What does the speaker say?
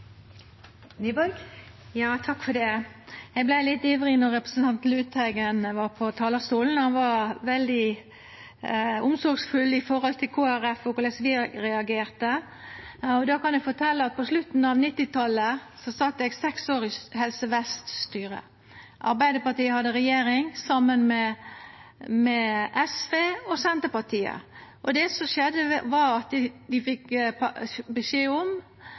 Eg vart litt ivrig då representanten Lundteigen var på talarstolen. Han var veldig omsorgsfull for Kristeleg Folkeparti og korleis vi har reagert. Eg kan fortelja at på slutten av 1990-talet sat eg seks år i Helse Vest-styret. Arbeidarpartiet var i regjering saman med SV og Senterpartiet. Det som skjedde, var at vi fekk beskjed om,